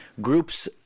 groups